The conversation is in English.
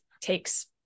takes